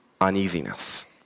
uneasiness